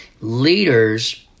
leaders